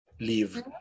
leave